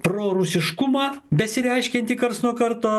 prorusiškumą besireiškiantį karts nuo karto